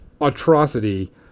atrocity